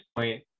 point